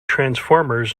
transformers